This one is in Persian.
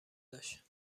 داشت